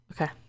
okay